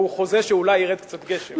הוא חוזה שאולי ירד קצת גשם.